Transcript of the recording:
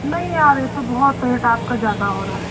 नहीं यार ये तो बहुत रेट आपका ज़्यादा हो रहा है